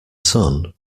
sun